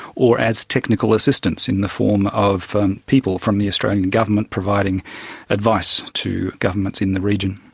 or as technical assistance in the form of people from the australian government providing advice to governments in the region.